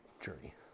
journey